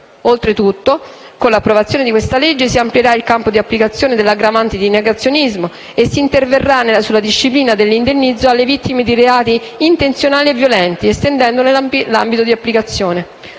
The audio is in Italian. Oltretutto, con l'approvazione del provvedimento si amplierà il campo di applicazione dell'aggravante di negazionismo e si interverrà sulla disciplina dell'indennizzo alle vittime di reati intenzionali e violenti, estendendone l'ambito di applicazione.